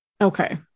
Okay